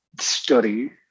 story